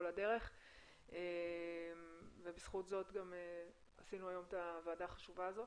הדרך ובזכות זאת גם עשינו היום את הוועדה החשובה הזו